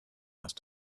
asked